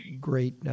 great